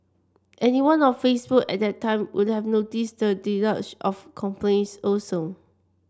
anyone on Facebook at that time would have noticed the deluge of complaints also